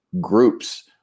groups